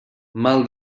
mal